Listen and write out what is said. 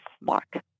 mark